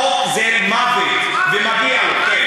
לפי החוק זה מוות, ומגיע לו.